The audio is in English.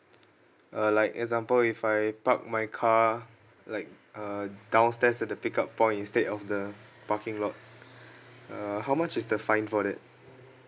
uh like example if I park my car like uh downstairs at the pick up point instead of the parking lot err how much is the fine for that